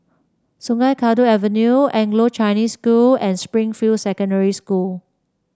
Sungei Kadut Avenue Anglo Chinese School and Springfield Secondary School